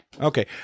Okay